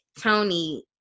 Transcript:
Tony